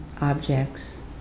objects